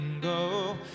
go